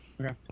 Okay